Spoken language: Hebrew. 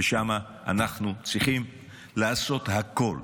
ושם אנחנו צריכים לעשות הכול.